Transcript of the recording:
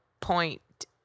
point